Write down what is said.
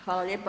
Hvala lijepa.